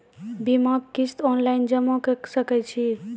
बीमाक किस्त ऑनलाइन जमा कॅ सकै छी?